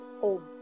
home